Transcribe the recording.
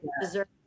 deserve